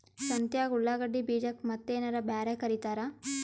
ಸಂತ್ಯಾಗ ಉಳ್ಳಾಗಡ್ಡಿ ಬೀಜಕ್ಕ ಮತ್ತೇನರ ಬ್ಯಾರೆ ಕರಿತಾರ?